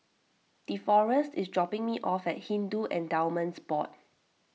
Deforest is dropping me off at Hindu Endowments Board